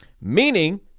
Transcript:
Meaning